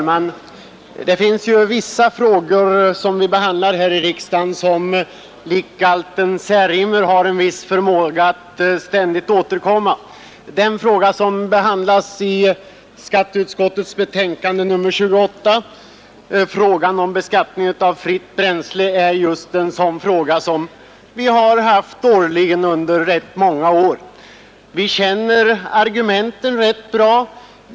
Fru talman! Vissa frågor som vi behandlar här i riksdagen har likt galten Särimner en viss förmåga att ständigt återkomma. Den fråga som behandlas i skatteutskottets betänkande nr 28, beskattningen av fritt bränsle, är just en fråga som har behandlats årligen under ganska många år. Vi känner argumenten rätt bra.